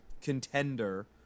contender